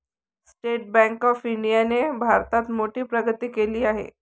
state bank of इंडियाने भारतात मोठी प्रगती केली आहे